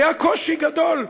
היה קושי גדול,